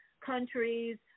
countries